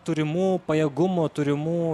turimų pajėgumų turimų